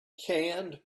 canned